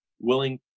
willing